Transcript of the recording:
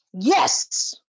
Yes